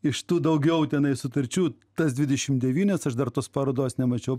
iš tų daugiau tenai sutarčių tas dvidešim devynias aš dar tos parodos nemačiau